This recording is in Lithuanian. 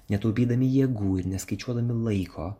netaupydami jėgų ir neskaičiuodami laiko